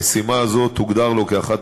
המשימה הזו תוגדר לו כאחת